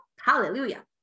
Hallelujah